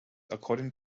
according